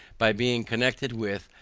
by being connected with,